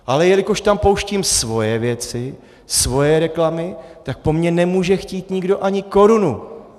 Ale jelikož tam pouštím svoje věci, svoje reklamy, tak po mně nemůže chtít nikdo ani korunu.